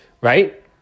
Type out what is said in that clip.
right